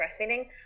breastfeeding